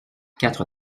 quatre